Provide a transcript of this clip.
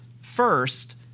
First